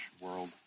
World